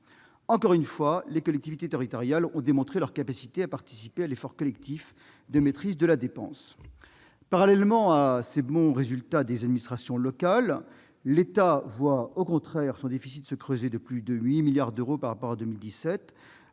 Encore une fois, les collectivités territoriales ont démontré leur capacité à participer à l'effort collectif de maîtrise de la dépense. Parallèlement à ces bons résultats des administrations locales, l'État voit, au contraire, son déficit se creuser de plus de 8 milliards d'euros par rapport à 2017,